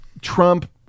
Trump